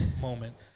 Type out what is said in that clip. moment